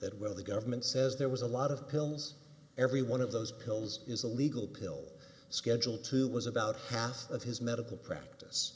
that where the government says there was a lot of pills every one of those pills is a legal pill schedule two was about half of his medical practice